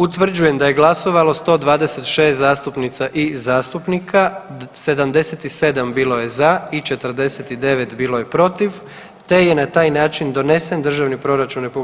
Utvrđujem da je glasovalo 126 zastupnica i zastupnika, 77 bilo je za i 49 bilo je protiv te je na taj način donesen Državni proračun RH